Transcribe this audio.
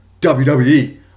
WWE